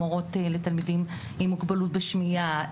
מורות לתלמידים עם מוגבלות בשמיעה,